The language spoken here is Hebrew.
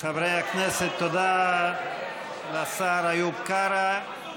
חברי הכנסת, תודה לשר איוב קרא.